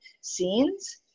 scenes